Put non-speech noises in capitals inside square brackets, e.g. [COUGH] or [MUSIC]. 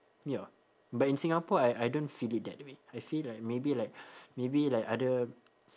ya but in singapore I I don't feel it that way I feel like maybe like [BREATH] maybe like other